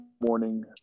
morning